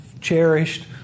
cherished